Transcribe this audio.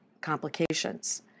complications